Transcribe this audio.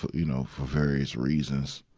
you know, for various reasons.